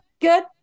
good